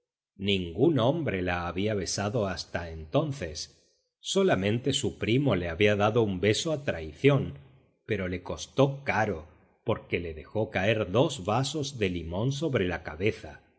ningún hombre la había besado hasta entonces solamente su primo la había dado un beso a traición pero le costó caro porque le dejó caer dos vasos de limón sobre la cabeza